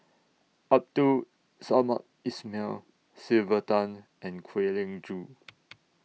Abdul Samad Ismail Sylvia Tan and Kwek Leng Joo